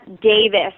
Davis